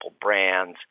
brands